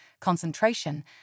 concentration